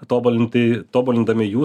tobulinti tobulindami jų